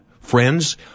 friends